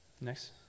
next